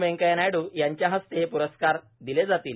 व्यंकैय्या नायडू यांच्या हस्ते हे प्रस्कार दिले जातील